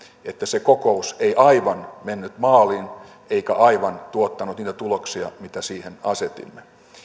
että se kokous ei aivan mennyt maaliin eikä aivan tuottanut niitä tuloksia mitä siihen asetimme